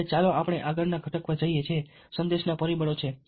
હવે ચાલો આપણે આગળના ઘટક પર જઈએ જે સંદેશના પરિબળો છે